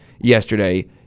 yesterday